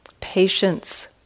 patience